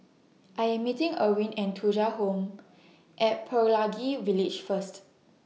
I Am meeting Erwin At Thuja Home At Pelangi Village First